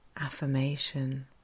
affirmation